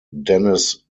dennis